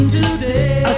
today